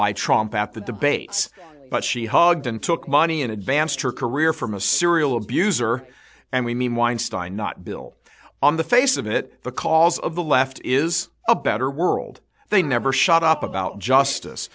by trump at the debates but she hugged and took money and advanced her career from a serial abuser and we mean weinstein not bill on the face of it the cause of the left is a better world they never shut up about justice